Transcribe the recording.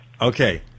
Okay